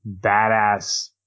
badass